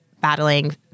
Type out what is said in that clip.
battling